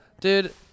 dude